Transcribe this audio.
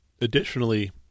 Additionally